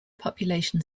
population